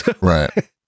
Right